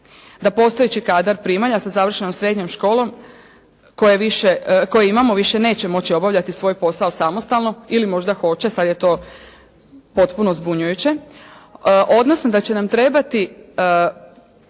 Da postojeći kadar primalja sa završenom srednjom školom koje imamo, više neće moći obavljati svoj posao samostalno ili možda hoće, sada je to potpuno zbunjujuće, odnosno da će nam trebati